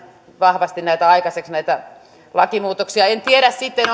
vahvasti aikaiseksi näitä lakien peruutuksia en tiedä sitten